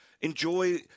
enjoy